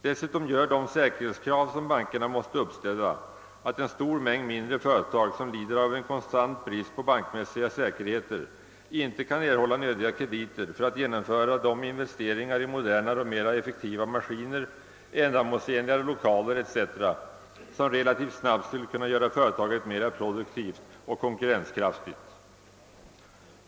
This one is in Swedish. Dessutom gör de säkerhetskrav som bankerna måste uppställa att en stor mängd mindre företag som lider av konstant brist på bankmässiga säkerheter inte kan erhålla nödiga krediter för att genomföra de investeringar i modernare och mera effektiva maskiner, ändamålsenligare 1okaler etc., som relativt snabbt skulle kunna göra företaget mera produktivt och konkurrenskraftigt.